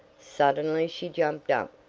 suddenly she jumped up,